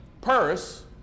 purse